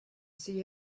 see